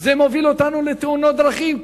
זה מוביל אותנו לתאונות דרכים,